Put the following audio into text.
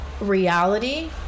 reality